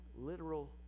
literal